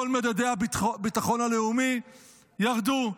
כל מדדי הביטחון הלאומי ירדו,